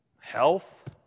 health